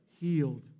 healed